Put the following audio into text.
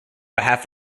behalf